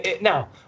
now